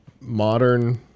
modern